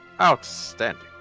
outstanding